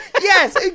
Yes